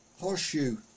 horseshoe